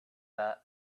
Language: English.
that